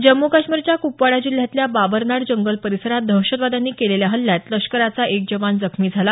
जम्मू काश्मीरच्या कुपवाडा जिल्ह्यातल्या बाबरनाड जंगल परिसरात दहशतवाद्यांनी केलेल्या हल्ल्यात लष्कराचा एक जवान जखमी झाला